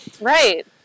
Right